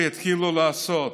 שיתחילו לעשות,